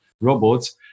robots